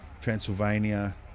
Transylvania